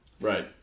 Right